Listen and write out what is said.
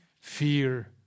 Fear